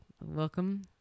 Welcome